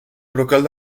brocal